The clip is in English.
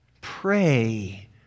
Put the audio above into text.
Pray